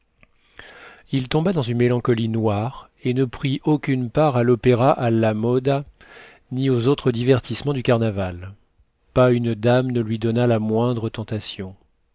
il tomba dans une mélancolie noire et ne prit aucune part à l'opéra alla moda ni aux autres divertissements du carnaval pas une dame ne lui donna la moindre tentation